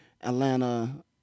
Atlanta